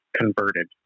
converted